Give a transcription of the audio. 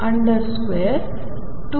2mE2